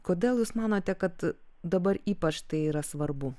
kodėl jūs manote kad dabar ypač tai yra svarbu